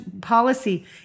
policy